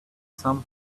some